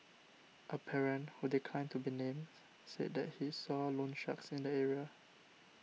a parent who declined to be named said that he saw loansharks in the area